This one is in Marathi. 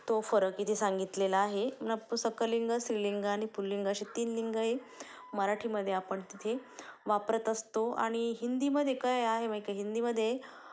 तो फरक इथे सांगितलेला आहे नपुसकलिंग स्त्रीलिंग आणि पुल्लिंग असे तीन लिंगही मराठीमध्ये आपण तिथे वापरत असतो आणि हिंदीमध्ये काय आहे माहीत आहे हिंदीमध्ये